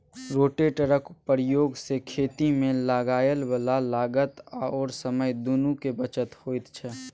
रोटेटरक प्रयोग सँ खेतीमे लागय बला लागत आओर समय दुनूक बचत होइत छै